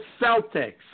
Celtics